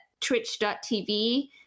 twitch.tv